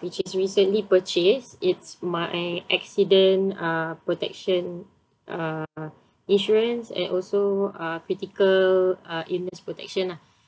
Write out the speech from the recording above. which is recently purchased it's my accident uh protection uh insurance and also uh critical uh illness protection ah